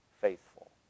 faithful